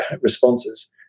responses